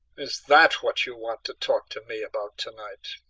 is that what you want to talk to me about to-night?